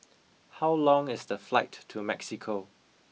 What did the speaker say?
how long is the flight to Mexico